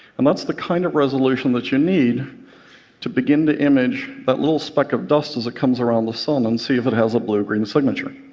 and that's the kind of resolution that you need to begin to image that but little speck of dust as it comes around the sun and see if it has a blue-green signature.